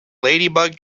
ladybug